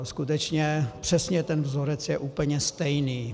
Skutečně, přesně ten vzorec je úplně stejný.